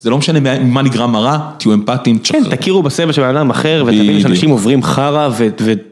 זה לא משנה ממה נגרם הרע תהיו אמפתיים, כן תכירו בסבל של בן אדם אחר ואתה מבין שאנשים עוברים חרא.